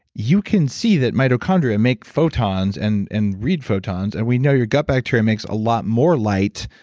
you can see that mitochondria make photons and and read photons, and we know your gut bacteria makes a lot more light.